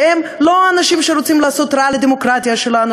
שהם לא האנשים שרוצים לעשות רע לדמוקרטיה של האנשים,